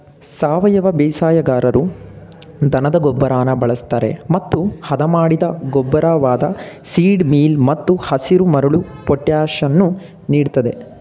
ಸಾವಯವ ಬೇಸಾಯಗಾರರು ದನದ ಗೊಬ್ಬರನ ಬಳಸ್ತರೆ ಮತ್ತು ಹದಮಾಡಿದ ಗೊಬ್ಬರವಾದ ಸೀಡ್ ಮೀಲ್ ಮತ್ತು ಹಸಿರುಮರಳು ಪೊಟ್ಯಾಷನ್ನು ನೀಡ್ತದೆ